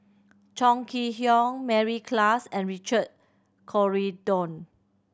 Chong Kee Hiong Mary Klass and Richard Corridon